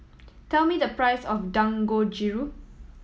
tell me the price of Dangojiru